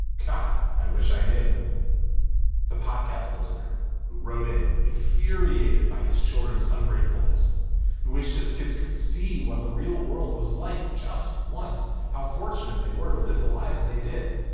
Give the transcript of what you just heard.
god i wish i knew the podcast listener who wrote in. infuriated by his childrens un gratefulness who wishes kids could see what the real world was like just once. how fortunate they were to live the lives they did